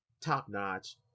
top-notch